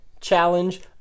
Challenge